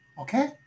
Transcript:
okay